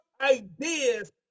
ideas